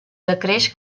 decreix